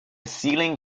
ceiling